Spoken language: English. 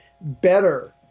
better